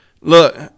Look